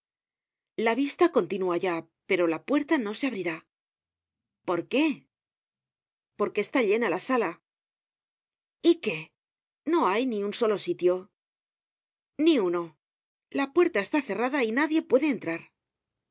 la vista continúa ya pero la puerta no se abrirá porqué porque está llena la sala y qué no hay ni un solo sitio ni uno la puerta está cerrada y nadie puede entrar